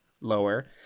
lower